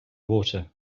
water